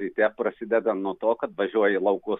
ryte prasideda nuo to kad važiuoji į laukus